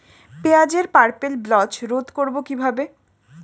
পেঁয়াজের purple blotch রোধ করবো কিভাবে?